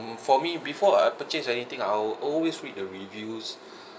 for me before I purchase anything I'll always read the reviews